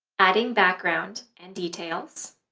adding background and details,